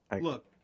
Look